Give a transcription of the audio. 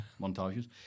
montages